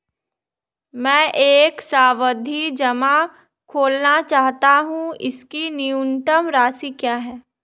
मैं एक सावधि जमा खोलना चाहता हूं इसकी न्यूनतम राशि क्या है?